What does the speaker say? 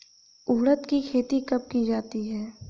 उड़द की खेती कब की जाती है?